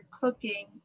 cooking